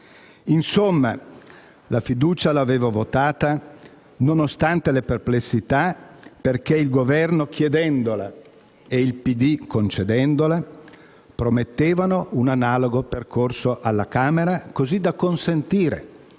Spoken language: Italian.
Insomma, la fiducia l'avevo votata nonostante le perplessità perché il Governo chiedendola e il PD concedendola promettevano un analogo percorso alla Camera, così da consentire